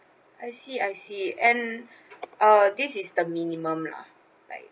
I see I see and uh this is the minimum lah like